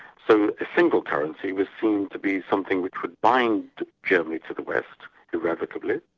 so a single currency was seen to be something which would bind germany to the west irrevocably,